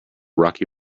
rocky